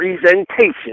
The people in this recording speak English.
Presentation